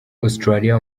australia